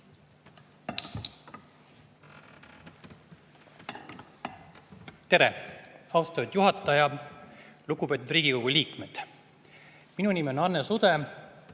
Tere, austatud juhataja! Lugupeetud Riigikogu liikmed! Minu nimi on Hannes Udde